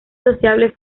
sociable